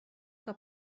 que